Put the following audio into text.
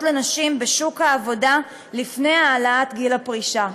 לנשים בשוק העבודה לפני העלאת גיל הפרישה.